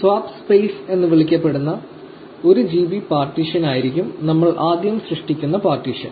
swap space എന്ന് വിളിക്കപ്പെടുന്ന 1 GB partition ആയിരിക്കും നമ്മൾ ആദ്യം സൃഷ്ടിക്കുന്ന പാർട്ടീഷൻ